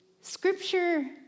Scripture